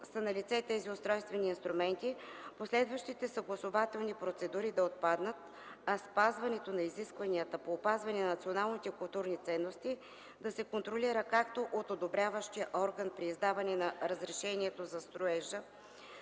са налице тези устройствени инструменти, последващите съгласувателни процедури да отпаднат, а спазването на изискванията по опазване на националните културни ценности да се контролира както от одобряващия орган при издаване на разрешението за строежа,